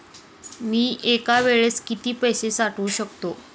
मी एका वेळेस किती पैसे पाठवू शकतो?